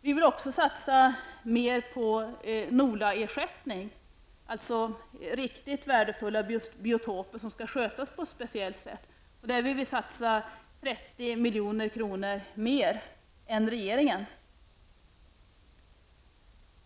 Vi vill också satsa mer på NOLA-ersättning, alltså till riktigt värdefulla biotoper som skall skötas på ett speciellt sätt. Där vill vi satsa 30 milj.kr. mer än regeringen.